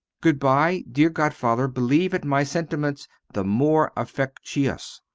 goodbye dear godfather believe at my sentiments the more affectuous,